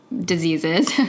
diseases